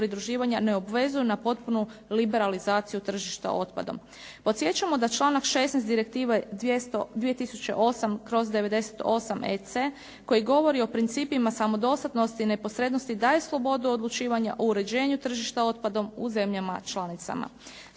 ne obvezuje na potpunu liberalizaciju tržišta otpadom. Podsjećamo da članak 16. direktive 2008/98 EC, koji govori o principa samodostatnosti i neposrednosti, daje slobodu odlučivanja o uređenju tržišta otpadom u zemljama članicama.